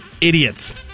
Idiots